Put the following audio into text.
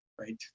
right